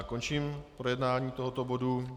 Končím projednávání tohoto bodu.